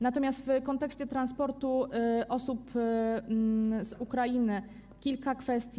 Natomiast w kontekście transportu osób z Ukrainy, kilka kwestii.